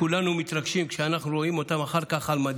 כולנו מתרגשים אחר כך כשאנחנו רואים אותם על מדים.